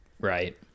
Right